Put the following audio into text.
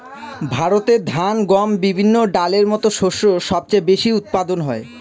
ভারতে ধান, গম, বিভিন্ন ডালের মত শস্য সবচেয়ে বেশি উৎপাদন হয়